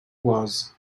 was